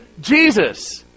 Jesus